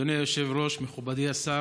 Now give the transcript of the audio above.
אדוני היושב-ראש, מכובדי השר,